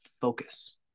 focus